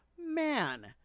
man